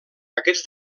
aquests